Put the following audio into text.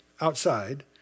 outside